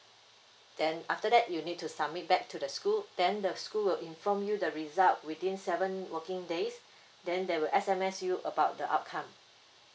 then after that you need to submit back to the school then the school will inform you the result within seven working days then they will S M S you about the outcome